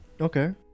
Okay